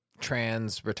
Trans